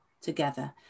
together